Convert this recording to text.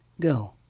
go